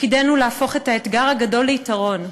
תפקידנו להפוך את האתגר הגדול ליתרון.